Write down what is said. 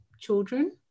children